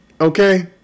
Okay